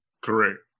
correct